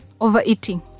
overeating